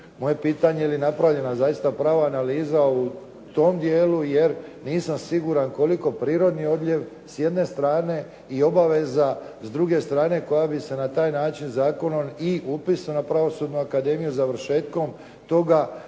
je pitanje da li je napravljena zaista analiza u tom dijelu jer nisam siguran koliko prirodni odljev s jedne strane i obaveza s druge strane, koja bi se na taj način zakonom i upisom na Pravosudnu akademiju završetkom toga,